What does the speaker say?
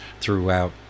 throughout